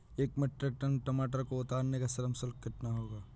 एक metric ton टमाटर को उतारने का श्रम शुल्क कितना होगा?